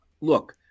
look